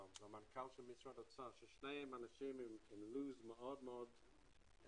הממשלה ומנכ"ל משרד האוצר ששניהם אנשים עם לו"ז מאוד עמוס,